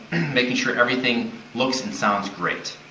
making sure everything looks and sounds great.